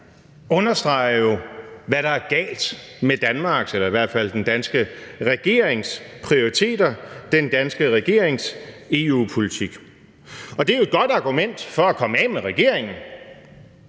understreger jo, hvad der er galt med Danmarks eller i hvert fald den danske regerings prioriteter, den danske regerings EU-politik, og det er jo et godt argument for at komme af med regeringen,